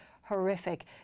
horrific